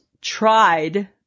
tried